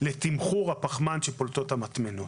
לתמחור הפחמן שפולטות המטמנות.